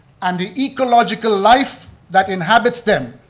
and the ecological life that inhabits them.